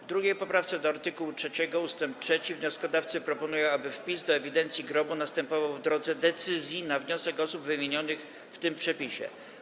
W 2. poprawce do art. 3 ust. 3 wnioskodawcy proponują, aby wpis do ewidencji grobu następował w drodze decyzji na wniosek osób wymienionych w tym przepisie.